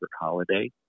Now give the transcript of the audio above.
holiday